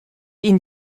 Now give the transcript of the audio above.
ihnen